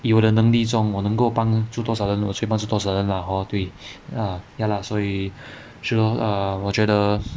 有的能力中我能够帮助多少的人我就帮助多少的人 lah hor 对 err ya lah 所以说 err 我觉得